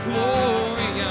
Glory